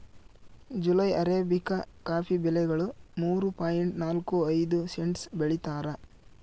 July arabica coffee ಬೆಲೆಗಳು ಮೂರು point ನಾಲ್ಕು ಐದು ಸೆಂಟ್ಸ್ ಬೆಳೀತಾರ